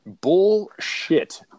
Bullshit